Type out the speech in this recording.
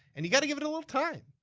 and you gotta give it a little time!